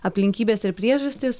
aplinkybės ir priežastys